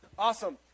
Awesome